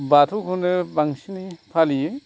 बाथौ खौनो बांसिनै फालियो